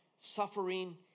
Suffering